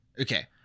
Okay